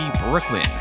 Brooklyn